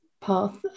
path